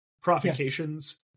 provocations